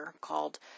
called